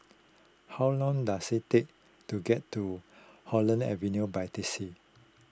how long does it take to get to Holland Avenue by taxi